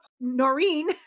Noreen